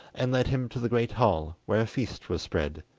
and led him to the great hall, where a feast was spread.